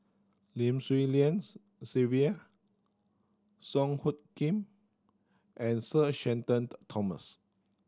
Lim Swee Lian's Sylvia Song Hoot Kiam and Sir Shenton Thomas